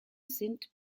sind